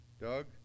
Doug